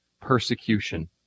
persecution